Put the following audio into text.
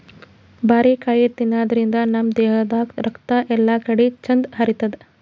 ಬಾರಿಕಾಯಿ ತಿನಾದ್ರಿನ್ದ ನಮ್ ದೇಹದಾಗ್ ರಕ್ತ ಎಲ್ಲಾಕಡಿ ಚಂದ್ ಹರಿತದ್